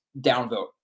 downvote